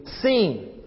seen